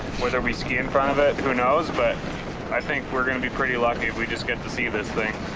whether we ski in front of it, who knows? but i think we're gonna be pretty lucky if we just get to see this thing.